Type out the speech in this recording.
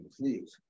please